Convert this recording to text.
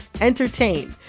entertain